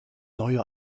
neue